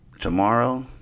tomorrow